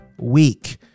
week